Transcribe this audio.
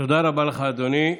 תודה רבה לך, אדוני.